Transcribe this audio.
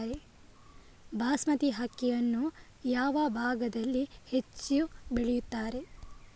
ಬಾಸ್ಮತಿ ಅಕ್ಕಿಯನ್ನು ಯಾವ ಭಾಗದಲ್ಲಿ ಹೆಚ್ಚು ಬೆಳೆಯುತ್ತಾರೆ?